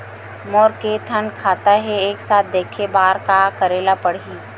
मोर के थन खाता हे एक साथ देखे बार का करेला पढ़ही?